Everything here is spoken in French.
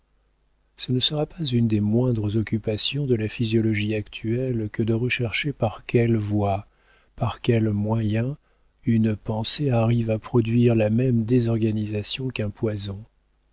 ce ne sera pas une des moindres occupations de la physiologie actuelle que de rechercher par quelles voies par quels moyens une pensée arrive à produire la même désorganisation qu'un poison